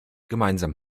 gemeinsam